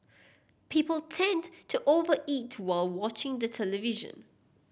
people tend to over eat while watching the television